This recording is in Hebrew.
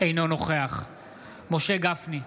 אינו נוכח משה גפני,